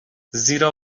زیرا